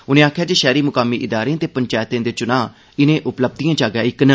उनें गलाया जे शैहरी मुकामी इदारें ते पंचैतें दे चुनाएं इनें उपलब्धिएं चा गै इक न